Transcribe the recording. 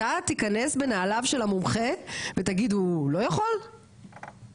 אתה תיכנס בנעליו של המומחה ותגיד הוא לא יכול אופיר?